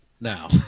now